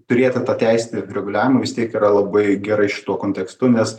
turėti tą teisinį reguliavimą vis tiek yra labai gerai šituo kontekstu nes